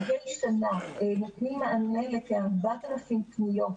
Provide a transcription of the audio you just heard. נותנים מענה לכ-4,000 פניות.